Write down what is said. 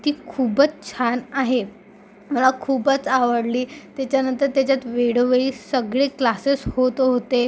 ती खूपच छान आहे मला खूपच आवडली त्याच्यानंतर त्याच्यात वेळोवेळी सगळे क्लासेस होत होते